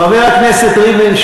חבר הכנסת ריבלין,